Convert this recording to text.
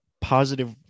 positive